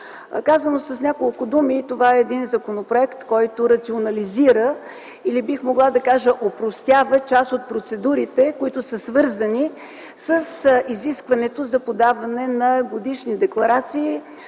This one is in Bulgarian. Казано с няколко думи, това е законопроект, който рационализира, опростява част от процедурите, свързани с изискването за подаване на годишни декларации,